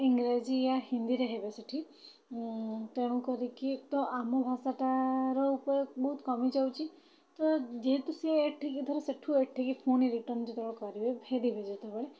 ଇଂଗ୍ରାଜୀ ୟା ହିନ୍ଦୀରେ ହେବେ ସେଠି ତେଣୁକରିକି ତ ଆମ ଭାଷାଟାର ତ ବହୁତ କମିଯାଉଛି ତ ଯେହେତୁ ସେ ଏଠିକି ଧର ସେଠୁ ଏଠିକି ପୁଣି ରିଟର୍ଣ୍ଣ ଯେତେବେଳେ କରିବେ ଫେରିବେ ସେତେବେଳେ